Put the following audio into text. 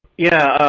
yeah.